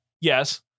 yes